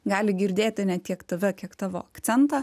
gali girdėti ne tiek tave kiek tavo akcentą